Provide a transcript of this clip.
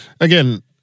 Again